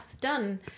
done